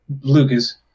Lucas